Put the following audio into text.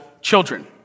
children